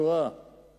שורה